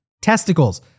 testicles